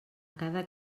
cada